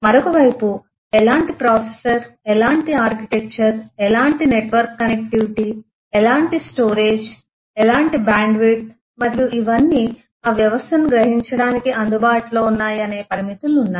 మరొక వైపు ఎలాంటి ప్రాసెసర్ ఎలాంటి ఆర్కిటెక్చర్ ఎలాంటి నెట్వర్క్ కనెక్టివిటీ ఎలాంటి స్టోరేజ్ ఎలాంటి బ్యాండ్విడ్త్ మరియు ఇవన్నీ ఆ వ్యవస్థను గ్రహించడానికి అందుబాటులో ఉన్నాయి అనే పరిమితులు ఉన్నాయి